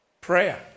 Prayer